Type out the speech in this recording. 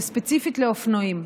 ספציפית לאופנועים,